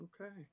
Okay